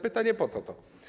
Pytanie: Po co to?